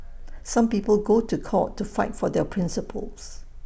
some people go to court to fight for their principles